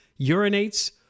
urinates